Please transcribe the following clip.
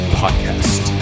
podcast